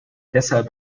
deshalb